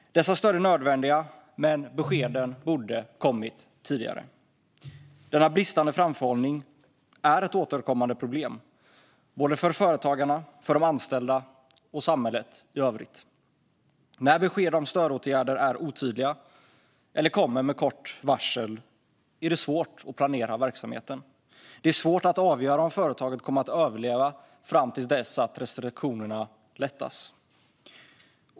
Dessa stöd är nödvändiga, men beskeden borde ha kommit tidigare. Denna bristande framförhållning är ett återkommande problem, både för företagarna, för de anställda och för samhället i övrigt. När besked om stödåtgärder är otydliga eller kommer med kort varsel är det svårt att planera verksamheten. Det är svårt att avgöra om företaget kommer att överleva fram till dess att restriktionerna lättas.